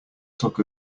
took